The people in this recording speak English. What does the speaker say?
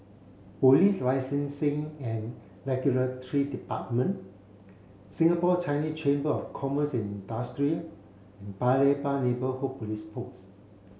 Police Licensing and Regulatory Department Singapore Chinese Chamber of Commerce and Industry and Paya Lebar Neighbourhood Police Post